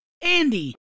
Andy